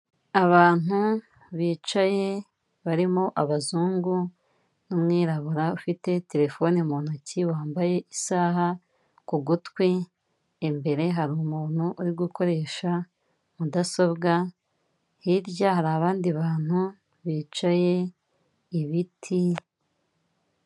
Abantu bicaye barimo abazungu n'umwirabura ufite terefone mu ntoki, wambaye isaha ku gutwi, imbere ye hari umuntu uri gukoresha mudasobwa, hirya hari abandi bantu bicaye, ibiti...